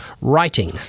writing